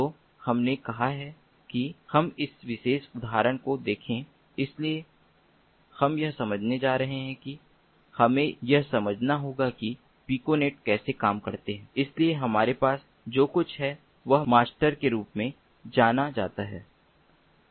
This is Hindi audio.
तो हमने कहा है कि हम इस विशेष उदाहरण को देखें इसलिए हम यह समझने जा रहे हैं कि हमें यह समझना होगा कि पिकोनेट कैसे काम करते हैं इसलिए हमारे पास जो कुछ है वह मास्टर के रूप में जाना जाता है